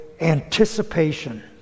anticipation